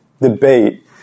debate